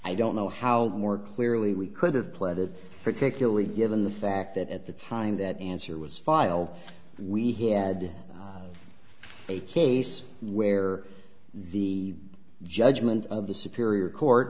i don't know how more clearly we could have played it particularly given the fact that at the time that answer was filed we had a case where the judgment of the superior court